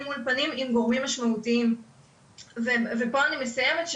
מול פנים ועם גורמים משמעותיים ולכן חשוב ופה אני מסיימת,